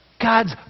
God's